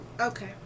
Okay